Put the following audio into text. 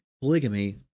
polygamy